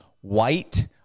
white